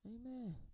Amen